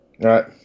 Right